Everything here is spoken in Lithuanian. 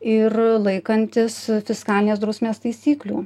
ir laikantis fiskalinės drausmės taisyklių